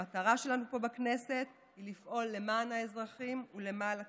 המטרה שלנו פה בכנסת היא לפעול למען האזרחים ולמען הצרכנים.